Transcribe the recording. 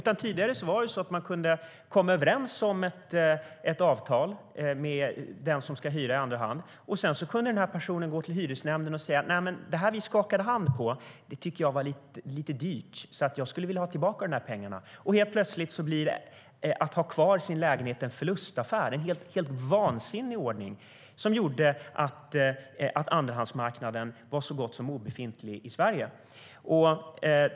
Då kunde man komma överens om ett avtal med den som skulle hyra i andra hand. Sedan kunde den personen gå till hyresnämnden och säga att det som man kommit överens om och skakat hand på tyckte han eller hon var lite dyrt och skulle vilja ha tillbaka dessa pengar. Helt plötsligt blir det en förlustaffär att ha kvar sin lägenhet. Det var en helt vansinnig ordning som gjorde att andrahandsmarknaden var så gott som obefintlig i Sverige.